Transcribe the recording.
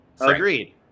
agreed